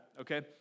Okay